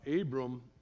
Abram